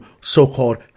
so-called